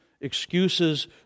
Excuses